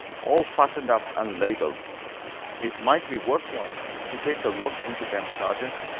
all fastened up and labelled it might be worth while to take a look into them, sergeant.